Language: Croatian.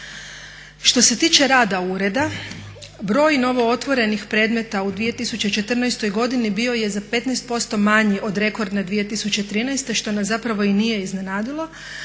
Što se tiče rada ureda, broj novootvorenih predmeta u 2014.godini bio je za 15% manji od rekordne 2013. što nas zapravo i nije iznenadilo,